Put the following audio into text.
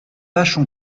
vaches